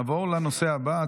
נעבור לנושא הבא,